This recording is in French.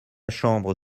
chambre